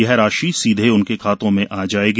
यह राशि सीधे उनके खातों में आ जाएगी